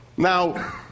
Now